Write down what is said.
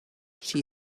she